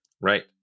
Right